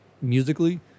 musically